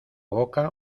boca